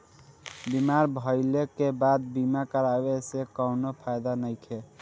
बीमार भइले के बाद बीमा करावे से कउनो फायदा नइखे